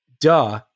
duh